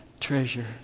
treasure